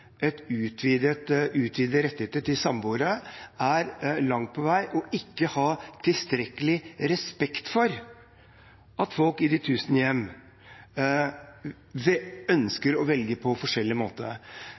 rettigheter til samboere, langt på vei er å ikke ha tilstrekkelig respekt for at folk i de tusen hjem